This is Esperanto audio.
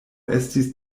estis